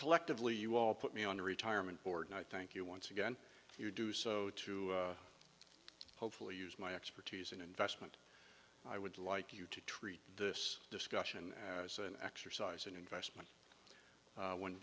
collectively you all put me on retirement board and i thank you once again you do so to hopefully use my expertise in investment i would like you to treat this discussion as an exercise in investment when